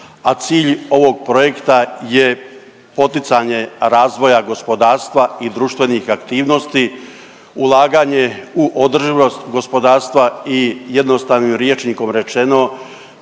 a cilj ovog projekta je poticanje razvoja gospodarstva i društvenih aktivnosti, ulaganje u održivost gospodarstva i jednostavnim rječnikom rečeno